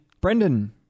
Brendan